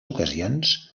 ocasions